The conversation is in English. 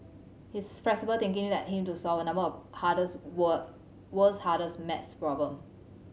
his flexible thinking led him to solve a number of hardest were world's hardest maths problem